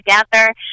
together